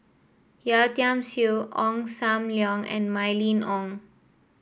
Yeo Tiam Siew Ong Sam Leong and Mylene Ong